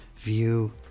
view